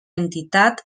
entitat